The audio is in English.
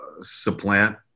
supplant